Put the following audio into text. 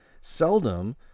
seldom